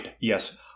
Yes